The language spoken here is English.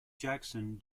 jackson